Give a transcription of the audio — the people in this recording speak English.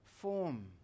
form